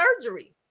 surgery